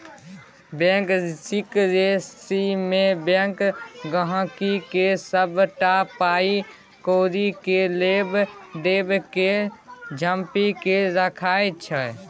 bank सिकरेसीमे bank गांहिकीक सबटा पाइ कौड़ी केर लेब देब केँ झांपि केँ राखय छै